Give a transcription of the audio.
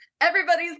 everybody's